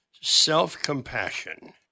self-compassion